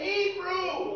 Hebrew